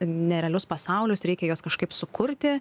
nerealius pasaulius reikia juos kažkaip sukurti